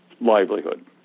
livelihood